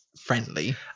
friendly